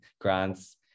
grants